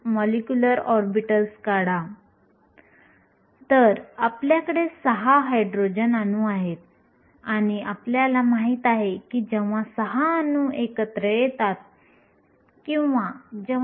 त्यामुळे जसजशी उर्जा वाढत जाते तसतसे इलेक्ट्रॉन व्यापण्यासाठी उपलब्ध अवस्थांची एकूण संख्या देखील वाढते